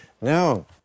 No